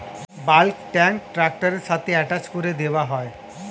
bulk tank ট্র্যাক্টরের সাথে attach করে দেওয়া হয়